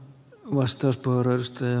arvoisa puhemies